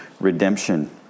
redemption